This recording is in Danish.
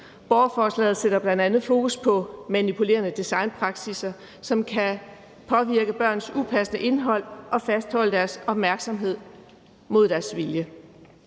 Borgerforslaget sætter bl.a. fokus på manipulerende designpraksisser, som kan påvirke børn med upassende indhold og fastholde deres opmærksomhed mod deres vilje,